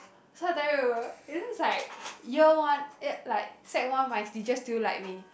so I tell you it's just like year one eh like sec one my teacher still like me